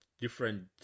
Different